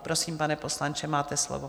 Prosím, pane poslanče, máte slovo.